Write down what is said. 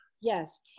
Yes